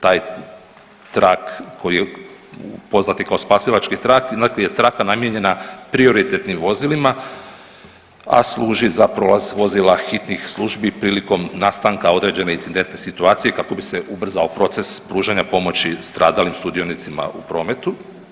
Taj trak koji pozvati kao spasilački trak ionako je traka namijenjena prioritetnim vozilima, a služi za prolaz vozila hitnih službi prilikom nastanka određene incidentne situacije kako bi se ubrzao proces pružanje pomoći stradalim sudionicima u prometu.